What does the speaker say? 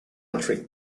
entering